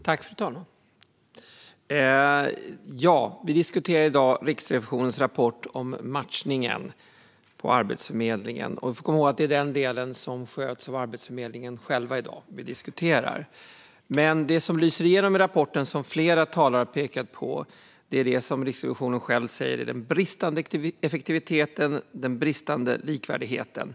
Fru talman! Vi diskuterar i dag Riksrevisionens rapport om matchningen på Arbetsförmedlingen. Vi ska komma ihåg att det är den del som Arbetsförmedlingen i dag sköter själv som vi diskuterar. Det som lyser igenom i rapporten och som flera talare har pekat på är, som Riksrevisionen själv säger, den bristande effektiviteten och den bristande likvärdigheten.